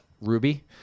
Ruby